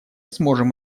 сможем